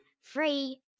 Free